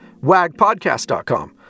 wagpodcast.com